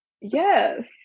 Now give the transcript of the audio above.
Yes